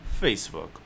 Facebook